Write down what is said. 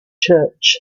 church